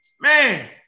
Man